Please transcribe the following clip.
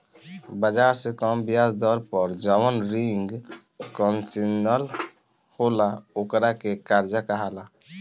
बाजार से कम ब्याज दर पर जवन रिंग कंसेशनल होला ओकरा के कर्जा कहाला